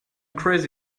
crazy